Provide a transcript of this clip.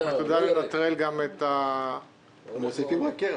אתה יודע לנטרל גם את השינויים בשוק?